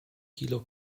kilo